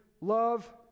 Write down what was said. love